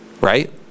right